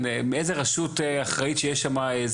איזה רשות אחראית שיהיה שם?